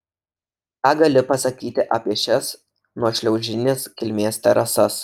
ką gali pasakyti apie šias nuošliaužinės kilmės terasas